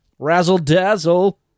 Razzle-dazzle